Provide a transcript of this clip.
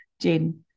Jane